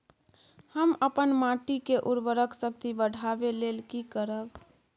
हम अपन माटी के उर्वरक शक्ति बढाबै लेल की करब?